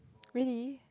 really